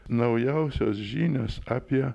naujausios žinios apie